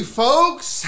folks